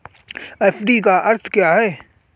FD का अर्थ क्या है?